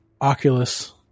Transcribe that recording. Oculus